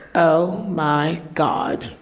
oh, my god.